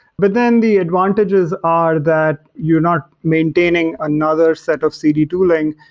but then the advantages are that you're not maintaining another set of cd tooling,